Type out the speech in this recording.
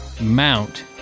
mount